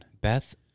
Beth